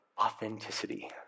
authenticity